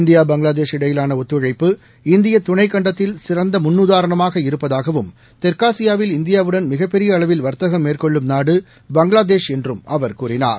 India Bangladesh இடையிலான ஒத்துழைப்பு இந்திய துணைக் கண்டத்தில் சிறந்த முன்னுதாரணமாக இருப்பதாகவும் தெற்காசியாவில் இந்தியாவுடன் மிகப் பெரிய அளவில் வர்த்தகம் மேற்கொள்ளும் நாடு பங்களாதேஷ் என்றும் அவர் கூறினார்